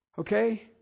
Okay